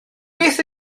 beth